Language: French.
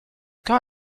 quand